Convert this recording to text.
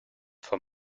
for